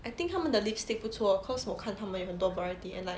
I think 他们的 lipstick 不错 cause 我看他们有很多 variety and like